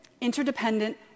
interdependent